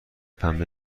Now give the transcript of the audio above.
پنبه